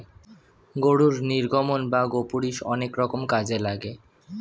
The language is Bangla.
গরুর নির্গমন বা গোপুরীষ অনেক রকম কাজে লাগে